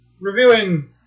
reviewing